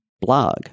blog